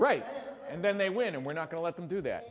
right and then they win and we're not going to let them do that